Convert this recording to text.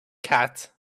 cat